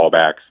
callbacks